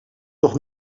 toch